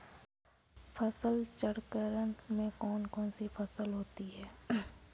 फसल चक्रण में कौन कौन सी फसलें होती हैं?